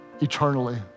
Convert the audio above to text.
eternally